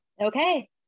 Okay